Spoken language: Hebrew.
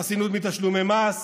חסינות מתשלומי מס,